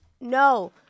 No